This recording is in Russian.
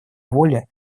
воли